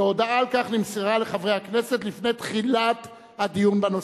והודעה על כך נמסרה לחברי הכנסת לפני תחילת הדיון בנושא".